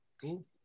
Cool